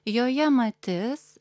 joje matis